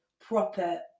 proper